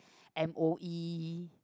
M_O_E